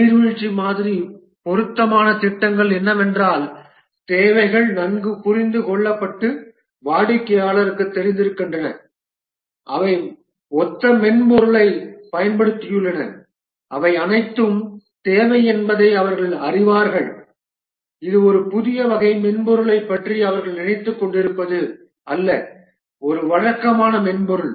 நீர்வீழ்ச்சி மாதிரி பொருத்தமான திட்டங்கள் என்னவென்றால் தேவைகள் நன்கு புரிந்து கொள்ளப்பட்டு வாடிக்கையாளருக்குத் தெரிந்திருக்கின்றன அவை ஒத்த மென்பொருளைப் பயன்படுத்தியுள்ளன அவை அனைத்தும் தேவை என்பதை அவர்கள் அறிவார்கள் இது ஒரு புதிய வகை மென்பொருளைப் பற்றி அவர்கள் நினைத்துக்கொண்டிருப்பது அல்ல ஒரு வழக்கமான மென்பொருள்